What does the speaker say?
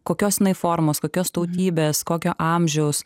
kokios jinai formos kokios tautybės kokio amžiaus